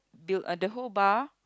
the the whole bar